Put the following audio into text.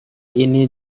ini